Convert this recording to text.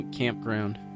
campground